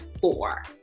four